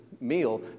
meal